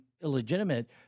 illegitimate